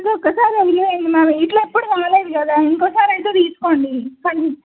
ఇది ఒక్కసారి ఇలా అయింది మ్యామ్ ఇలా ఎప్పుడు కాలేదు కదా ఇంకోసారి అయితే తీసుకోండి కానీ